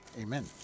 amen